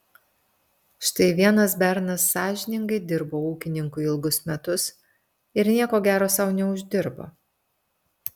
štai vienas bernas sąžiningai dirbo ūkininkui ilgus metus ir nieko gero sau neuždirbo